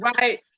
Right